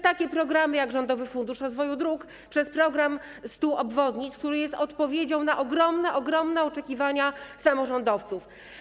takimi programami jak Rządowy Fundusz Rozwoju Dróg i program stu obwodnic, który jest odpowiedzią na ogromne, ogromne oczekiwania samorządowców.